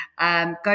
go